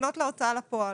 לפנות להוצאה לפועל.